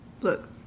Look